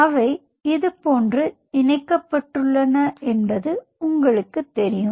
அவை இதுபோன்று இணைக்கப்பட்டுள்ளன என்பது உங்களுக்குத் தெரியும்